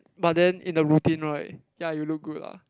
but then in the routine right ya you look good ah